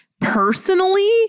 Personally